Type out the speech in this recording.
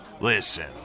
Listen